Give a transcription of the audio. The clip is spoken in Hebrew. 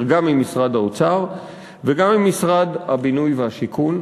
גם עם משרד האוצר וגם עם משרד הבינוי והשיכון,